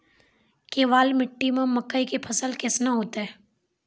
केवाल मिट्टी मे मकई के फ़सल कैसनौ होईतै?